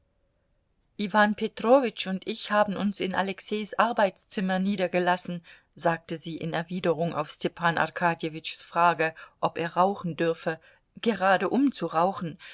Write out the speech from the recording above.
iwan petrowitsch und ich haben uns in alexeis arbeitszimmer niedergelassen sagte sie in erwiderung auf stepan arkadjewitschs frage ob er rauchen dürfe gerade um zu rauchen